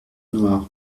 noir